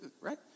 right